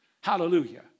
Hallelujah